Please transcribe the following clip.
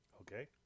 Okay